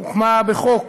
הוקמה בחוק